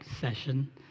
session